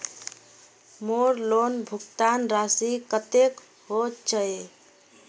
मोर लोन भुगतान राशि कतेक होचए?